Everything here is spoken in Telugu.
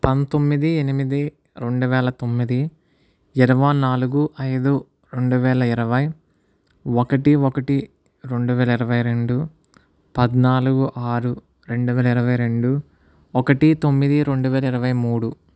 పంతొమ్మిది ఎనిమిది రెండువేల తొమ్మిది ఇరవై నాలుగు ఐదు రెండువేల ఇరవై ఒకటి ఒకటి రెండువేల ఇరవై రెండు పద్నాలుగు ఆరు రెండువేల ఇరవై రెండు ఒకటి తొమ్మిది రెండువేల ఇరవై మూడు